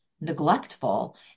neglectful